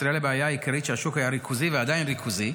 בישראל הבעיה העיקרית שהשוק היה ריכוזי ועדיין ריכוזי,